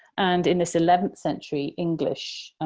and, in this eleventh century english